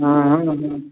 हॅं